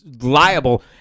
liable